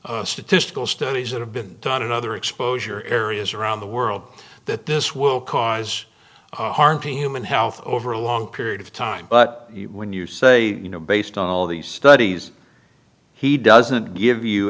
the statistical studies that have been done in other exposure areas around the world that this will cause harm to human health over a long period of time but when you say you know based on all these studies he doesn't give you